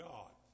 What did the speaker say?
God